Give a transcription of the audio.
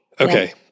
Okay